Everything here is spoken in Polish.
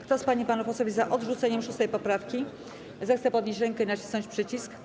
Kto z pań i panów posłów jest za odrzuceniem 6. poprawki, zechce podnieść rękę i nacisnąć przycisk.